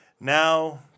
Now